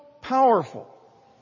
powerful